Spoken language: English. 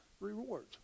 Rewards